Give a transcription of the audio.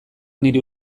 nire